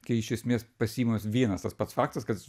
kai iš esmės pasiimamas vienas tas pats faktas kas